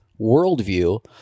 worldview